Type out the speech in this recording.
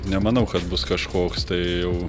nemanau kad bus kažkoks tai jau